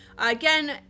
Again